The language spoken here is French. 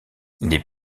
les